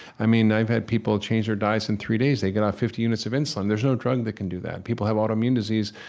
i mean, i've had people change their diets in three days, they got off fifty units of insulin. there's no drug that can do that. people have autoimmune disease,